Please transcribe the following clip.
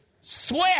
sweat